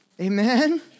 Amen